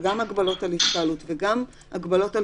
ולכן גם הגבלות על התקהלות וגם הגבלות על